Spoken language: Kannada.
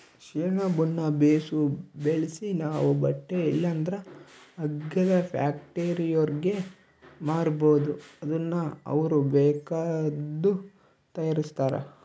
ಸೆಣಬುನ್ನ ಬೇಸು ಬೆಳ್ಸಿ ನಾವು ಬಟ್ಟೆ ಇಲ್ಲಂದ್ರ ಹಗ್ಗದ ಫ್ಯಾಕ್ಟರಿಯೋರ್ಗೆ ಮಾರ್ಬೋದು ಅದುನ್ನ ಅವ್ರು ಬೇಕಾದ್ದು ತಯಾರಿಸ್ತಾರ